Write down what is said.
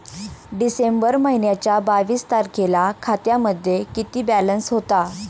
डिसेंबर महिन्याच्या बावीस तारखेला खात्यामध्ये किती बॅलन्स होता?